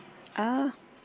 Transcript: ah